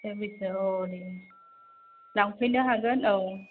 सेरब्रैसो औ दे लांफैनो हागोन औ